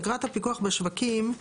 אגרת הפיקוח בשווקים,